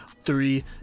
three